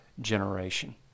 generation